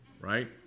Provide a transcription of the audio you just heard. Right